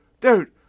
dude